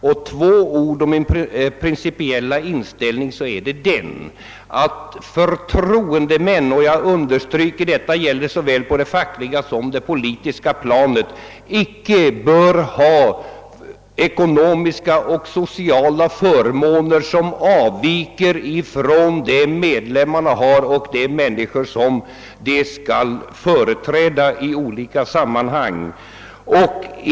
Om jag skulle säga ett par ord om min principiella inställning vill jag nämna att förtroendemän — jag understryker att detta gäller såväl på det fackliga som på det politiska planet — icke bör ha ekonomiska och sociala förmåner som avviker ifrån dem som medlemmarna har och de människor som de skall företräda i olika sammanhang.